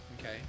Okay